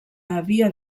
havia